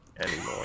anymore